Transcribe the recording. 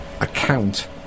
account